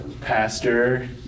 Pastor